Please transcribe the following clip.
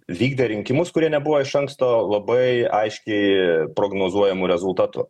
vykdė rinkimus kurie nebuvo iš anksto labai aiškiai prognozuojamu rezultatu